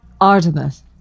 Artemis